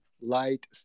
Light